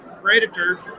predator